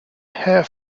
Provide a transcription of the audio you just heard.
hair